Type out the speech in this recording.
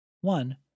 One